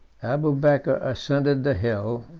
abubeker ascended the hill,